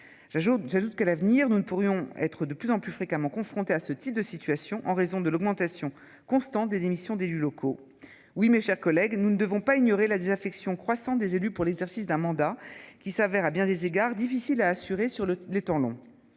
j'ajoute que l'avenir nous ne pourrions être de plus en plus fréquemment confronté à ce type de situation en raison de l'augmentation constante des démissions d'élus locaux oui, mes chers collègues, nous ne devons pas ignorer la désaffection croissante des élus pour l'exercice d'un mandat qui s'avère à bien des égards difficile à assurer. Sur le le temps long.